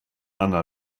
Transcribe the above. anna